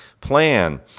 Plan